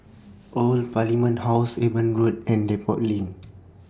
Old Parliament House Eben Road and Depot Lane